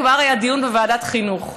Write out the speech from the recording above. כבר היה דיון בוועדת החינוך.